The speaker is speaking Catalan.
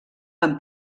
amb